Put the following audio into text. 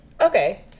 Okay